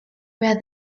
where